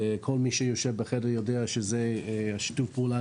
וכל מי שיושב בחדר יודע ששיתוף הפעולה